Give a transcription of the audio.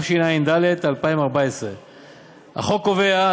התשע"ד 2014. חוק זה קובע,